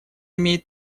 имеет